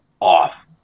off